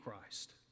Christ